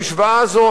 המשוואה הזאת,